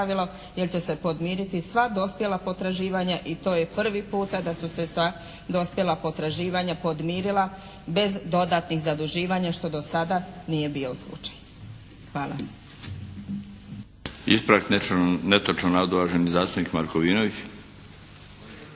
jer će se podmiriti sva dospjela potraživanja. I to je prvi puta da su se sva dospjela potraživanja podmirila bez dodatnih zaduživanja što do sada nije bio slučaj. Hvala. **Milinović, Darko (HDZ)** Ispravak netočnog navoda uvaženi zastupnik Markovinović.